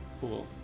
Cool